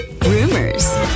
rumors